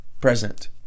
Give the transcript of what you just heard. present